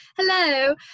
Hello